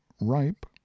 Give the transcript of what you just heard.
ripe